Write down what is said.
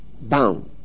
bound